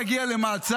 -- לא תגיע למעצר.